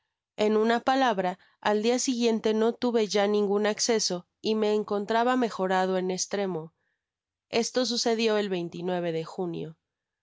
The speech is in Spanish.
en una pala bra al dia siguiente no tuve ya ningun acceso y me encontraba mejorado en estremo esto sucedió el de junio